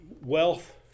wealth